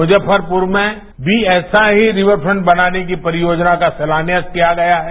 मुजफ्फरपुर में भी ऐसा ही रिवर फ्रंट बनाने की परियोजना का शिलान्यास किया गया है